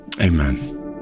amen